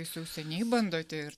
jūs jau seniai bandote ir